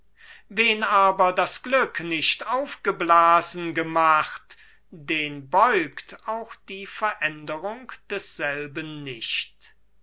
wen aber das glück nicht aufgeblasen gemacht den beugt auch die veränderung desselben nicht